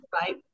Right